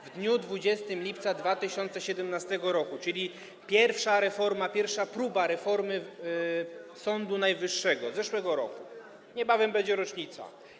w dniu 20 lipca 2017 r., czyli pierwsza reforma, pierwsza próba reformy Sądu Najwyższego, z zeszłego roku, niebawem będzie rocznica.